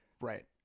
right